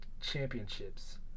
Championships